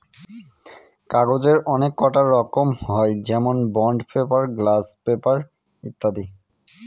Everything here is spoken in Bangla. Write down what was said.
কাগজের অনেককটা রকম হয় যেমন বন্ড পেপার, গ্লাস পেপার ইত্যাদি